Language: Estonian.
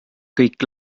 kõik